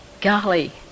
golly